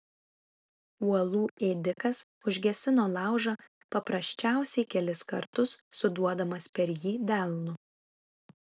uolų ėdikas užgesino laužą paprasčiausiai kelis kartus suduodamas per jį delnu